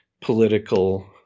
political